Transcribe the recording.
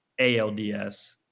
ALDS